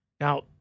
Now